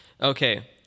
Okay